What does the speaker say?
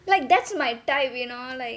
like that's my type you know like